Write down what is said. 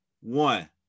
One